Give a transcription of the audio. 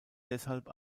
deshalb